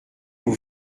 vous